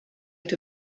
had